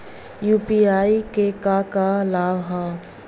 UPI क का का लाभ हव?